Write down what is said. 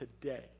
today